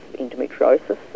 endometriosis